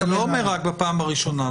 זה לא אומר רק בפעם הראשונה,